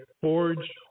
forge